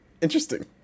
Interesting